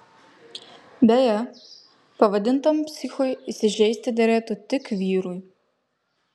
beje pavadintam psichu įsižeisti derėtų tik vyrui